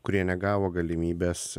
kurie negavo galimybės